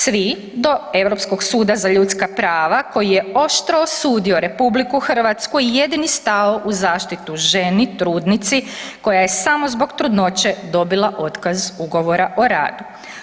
Svi do Europskog suda za ljudska prava koji je oštro osudio RH i jedini stao u zaštitu ženi, trudnici, koja je samo zbog trudnoće dobila otkaz ugovora o radu.